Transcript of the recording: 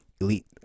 elite